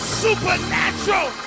supernatural